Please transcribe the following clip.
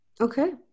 Okay